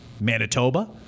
Manitoba